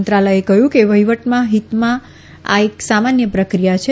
મંત્રાલયે કહયું કે વહીવટના હિતમાં આ એક સામાન્ય પ્રક્રિયા છે